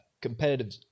competitive